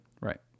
right